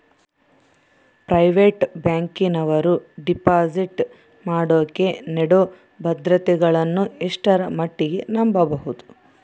Private ಬ್ಯಾಂಕಿನವರು deposit ಮಾಡೋಕೆ ನೇಡೋ ಭದ್ರತೆಗಳನ್ನು ಎಷ್ಟರ ಮಟ್ಟಿಗೆ ನಂಬಬಹುದು?